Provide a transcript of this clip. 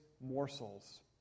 morsels